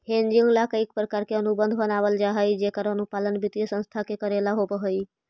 hedging ला कईक प्रकार के अनुबंध बनवल जा हई जेकर अनुपालन वित्तीय संस्था के कऽरेला होवऽ हई